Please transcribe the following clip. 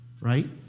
Right